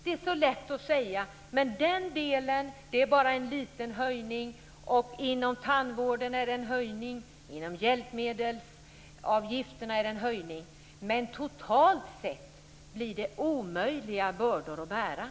Det är så lätt att säga att en viss åtgärd innebär bara en liten höjning - inom tandvården, inom läkemedelsavgifterna osv. Totalt sett blir det ändå omöjliga bördor att bära.